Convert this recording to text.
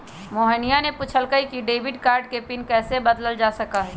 मोहिनीया ने पूछल कई कि डेबिट कार्ड के पिन कैसे बदल्ल जा सका हई?